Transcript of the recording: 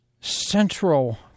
central